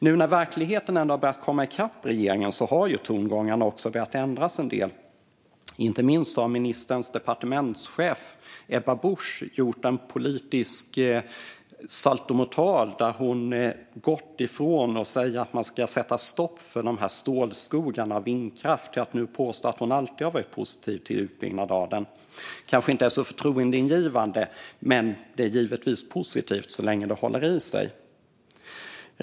Nu när verkligheten ändå har börjat komma i kapp regeringen har tongångarna också börjat ändras en del. Inte minst har ministerns departementschef Ebba Busch gjort en politisk saltomortal där hon gått från att säga att man ska sätta stopp för dessa stålskogar av vindkraft till att nu påstå att hon alltid har varit positiv till en utbyggnad av vindkraften. Det kanske inte är så förtroendeingivande, men det är givetvis positivt så länge det håller i sig.